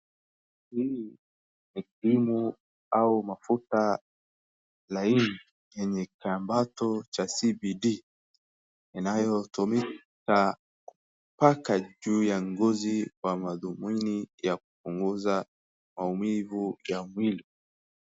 Hii ni krimu au mafuta laini yenye kiambato cha CBD inayotumika kupaka juu ya ngozi kwa madhumuni ya kupunguza maumivu ya mwili.